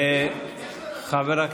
אפרופו שאתה אומר שמשה היה עובד מתוסכל.